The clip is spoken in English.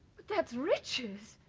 but that's riches!